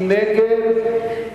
מי נגד?